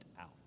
out